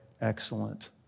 excellent